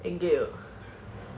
in gear